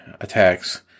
attacks